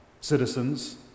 citizens